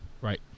right